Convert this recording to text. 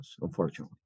unfortunately